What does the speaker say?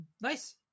Nice